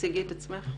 הציגי את עצמך.